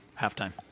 halftime